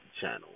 channel